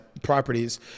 properties